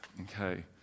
okay